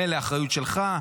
מילא האחריות שלך,